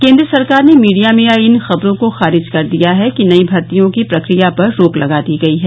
केन्द्र सरकार ने मीडिया में आई इन खबरों को खारिज कर दिया है कि नई भर्तियों की प्रक्रिया पर रोक लगा दी गई है